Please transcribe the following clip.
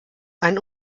ein